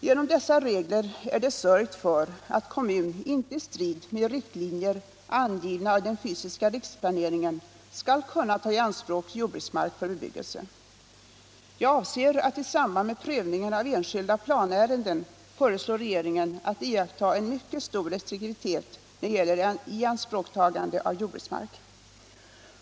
Genom dessa regler är det sörjt för att inte kommun i strid med riktlinjer angivna i den fysiska riksplaneringen skall kunna ta i anspråk jordbruksmark för bebyggelse. Jag avser att i samband med prövningen av enskilda planärenden föreslå regeringen att iaktta en mycket stor restriktivitet när det gäller ianspråktagande av jordbruksmark.